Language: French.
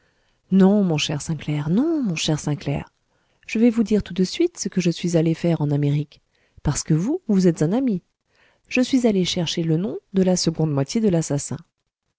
non mon cher sainclair non mon cher sainclair je vais vous dire tout de suite ce que je suis allé faire en amérique parce que vous vous êtes un ami je suis allé chercher le nom de la seconde moitié de l'assassin